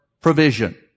provision